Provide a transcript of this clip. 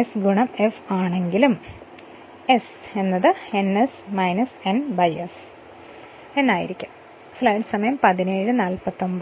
s f ആണെങ്കിലും s ns n s